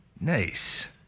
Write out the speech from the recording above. Nice